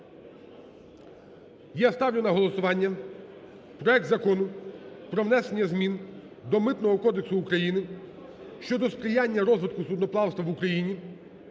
Я ставлю на голосування проект Закону про внесення змін до Митного кодексу України (щодо сприяння розвитку судноплавства в Україні)